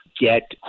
get